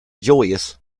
joyous